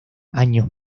años